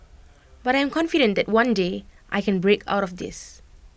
but I am confident that one day I can break out of this